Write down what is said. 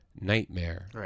Nightmare